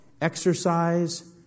exercise